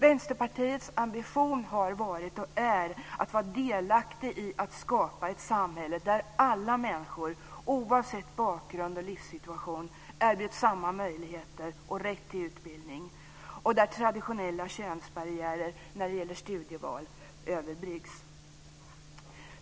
Vänsterpartiets ambition har varit, och är, att vara delaktig i att skapa ett samhälle där alla människor oavsett bakgrund och livssituation erbjuds samma möjligheter och rätt till utbildning och där traditionella könsbarriärer när det gäller studieval överbryggs.